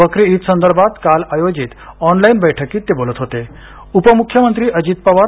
बकरी ईद संदर्भात काल आयोजित ऑनलाईन बैठकीत ते बोलत होतेउपमुख्यमंत्री अजित पवार